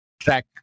track